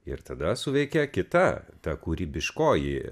ir tada suveikia kita ta kūrybiškoji